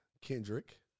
Kendrick